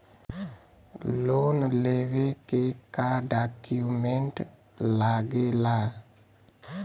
Loan लेवे के का डॉक्यूमेंट लागेला?